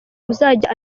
uzajya